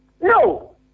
No